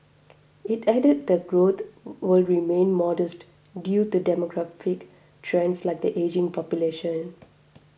it added that growth were remain modest due to demographic trends like the ageing population